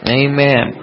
amen